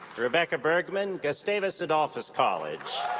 rebecca bergman, gustavus adolphus college.